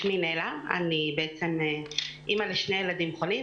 שמי נלה ואני אימא לשני ילדים חולים